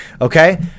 okay